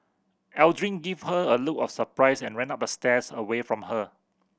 Aldrin gave her a look of surprise and ran up the stairs away from her